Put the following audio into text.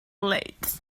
late